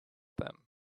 them